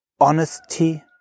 honesty